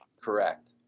Correct